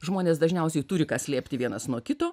žmonės dažniausiai turi ką slėpti vienas nuo kito